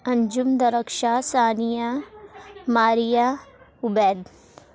Anjum Darakhshan Sania Maria Ubaid